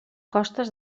costes